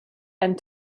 and